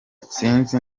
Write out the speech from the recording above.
sinzi